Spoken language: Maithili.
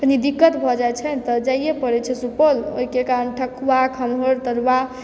कनी दिकक्त भऽ जाइ छै तऽ जाइए पड़ै छै सुपौल ओइके कारण ठकुआ खम्हौर तरुआ